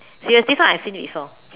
yes this one I have seen it before